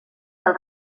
del